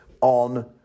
on